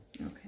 Okay